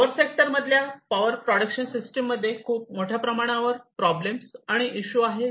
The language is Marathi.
पॉवर सेक्टर मधल्या पॉवर प्रोडक्शन सिस्टीम मध्ये खूप मोठ्या प्रमाणावर प्रॉब्लेम आणि इशू आहे